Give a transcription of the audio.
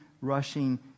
rushing